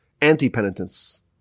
anti-penitence